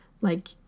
Like